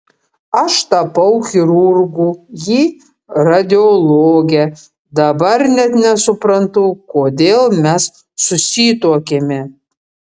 aš tapau chirurgu ji radiologe dabar net nesuprantu kodėl mes susituokėme